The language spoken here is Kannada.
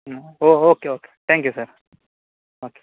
ಹಾಂ oh okay okay thank you sir okay